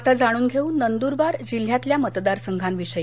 आता जाणून घेऊ नंदूरबार जिल्ह्यातल्या मतदारसंघांविषयी